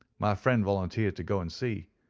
my friend volunteered to go and see.